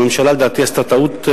הממשלה לדעתי עשתה טעות,